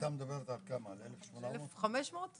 על כמה היתרים מדברת ההחלטה?